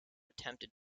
attempted